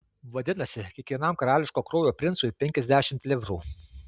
vadinasi kiekvienam karališko kraujo princui penkiasdešimt livrų